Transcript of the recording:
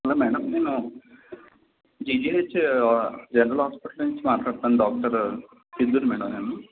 hello madam నేను GJH general hospital నుంచి మాట్లాడుతున్నాను డాక్టర్ చందుని మేడం నేను